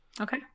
Okay